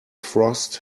frost